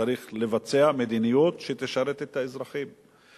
צריך לבצע מדיניות שתשרת את האזרחים.